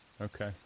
okay